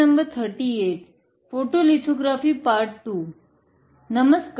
नमस्कार